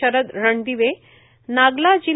शरद रणदिवे नागला जि